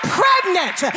pregnant